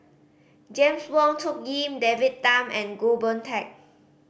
Jame Wong Tuck Yim David Tham and Goh Boon Teck